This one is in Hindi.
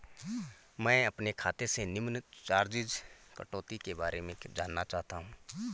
मैं अपने खाते से निम्न चार्जिज़ कटौती के बारे में जानना चाहता हूँ?